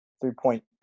three-point